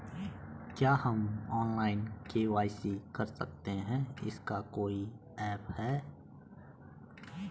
क्या हम online KYC कर सकते हैं इसका कोई ऐप है?